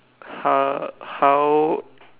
how how